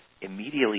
immediately